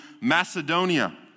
Macedonia